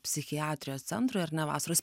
psichiatrijos centrui ar ne vasaros